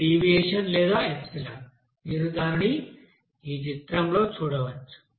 ఇది డీవియేషన్ లేదా ఎప్సిలాన్ మీరు దానిని ఈ చిత్రంలో చూడవచ్చు